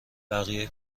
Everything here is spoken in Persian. بقیه